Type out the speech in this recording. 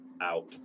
out